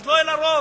לא יהיה לה רוב.